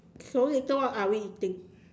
so later what are we eating